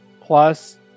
plus